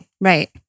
Right